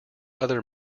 other